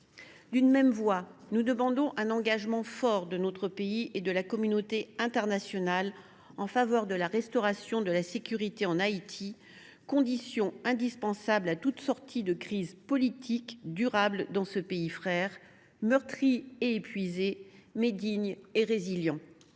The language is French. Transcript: D’une même voix, nous demandons un engagement fort de notre pays et de la communauté internationale en faveur de la restauration de la sécurité en Haïti, condition indispensable à toute sortie de crise politique durable dans ce pays frère, meurtri et épuisé, mais digne et résilient.